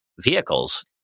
vehicles